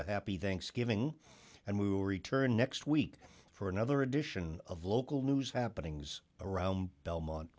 a happy thanksgiving and we were return next week for another edition of local news happenings around belmont